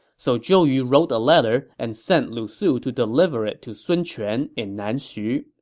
so zhou yu wrote a letter and sent lu su to deliver it to sun quan in nanxu.